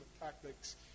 tactics